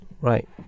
Right